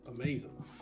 amazing